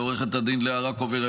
לעו"ד לאה רקובר,